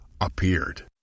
appeared